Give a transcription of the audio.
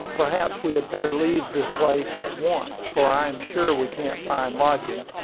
perhaps we had better leave the place at once, for i am sure we can't find lodgings.